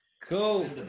Cool